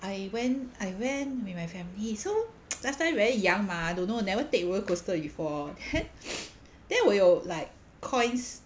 I went I went with my family so last time very young mah don't know never take roller coaster before then 我有 like coins